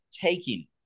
taking